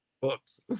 books